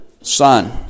Son